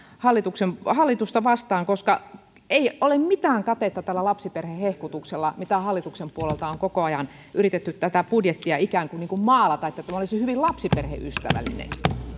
hallitusta vastaan koska ei ole mitään katetta tällä lapsiperhehehkutuksella sillä että hallituksen puolelta on koko ajan yritetty tätä budjettia ikään kuin kuin maalata että tämä olisi hyvin lapsiperheystävällinen